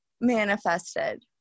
manifested